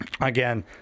Again